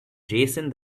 jason